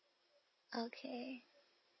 okay